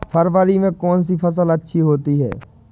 फरवरी में कौन सी फ़सल अच्छी होती है?